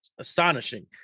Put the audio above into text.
astonishing